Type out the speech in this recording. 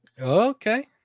okay